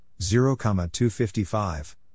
0,255